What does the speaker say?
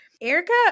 Erica